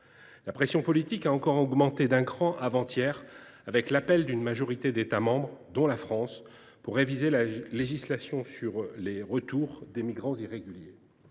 La pression politique a encore augmenté d’un cran avant hier, avec l’appel d’une majorité d’États membres, dont la France, à réviser la législation sur les retours des migrants irréguliers.